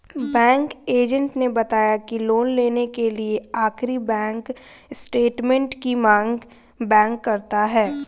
bank agent ने बताया की लोन लेने के लिए आखिरी बैंक स्टेटमेंट की मांग बैंक करता है